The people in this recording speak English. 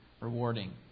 rewarding